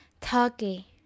Turkey